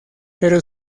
pero